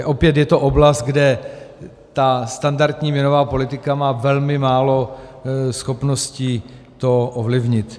Opět je to oblast, kde ta standardní měnová politika má velmi málo schopností to ovlivnit.